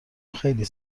خیلی